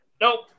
Nope